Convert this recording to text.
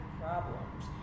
problems